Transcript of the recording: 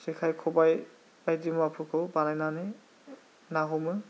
जेखाय खबाय बायदि मुवाफोरखौ बानायनानै ना हमो